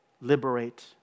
Liberate